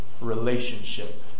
relationship